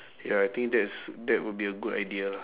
ya I think that's that would be a good idea lah